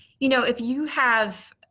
you know if you have